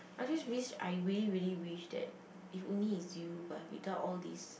I just wish I really really really wish that if only it's you but without all these